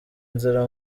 nzira